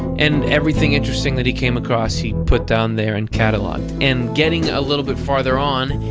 and everything interesting that he came across he put down there and cataloged. and getting a little bit farther on,